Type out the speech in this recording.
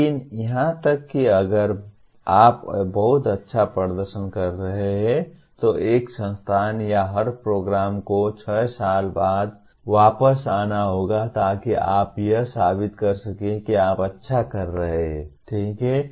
लेकिन यहां तक कि अगर आप बहुत अच्छा प्रदर्शन कर रहे हैं तो एक संस्थान या हर प्रोग्राम को 6 साल बाद वापस आना होगा ताकि आप यह साबित कर सकें कि आप अच्छा कर रहे हैं ठीक है